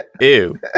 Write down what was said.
Ew